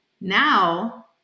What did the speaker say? now